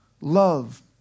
love